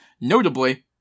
Notably